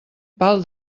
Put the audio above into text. pal